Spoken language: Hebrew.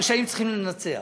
הרשעים צריכים לנצח.